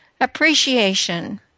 Appreciation